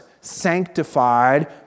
sanctified